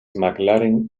mclaren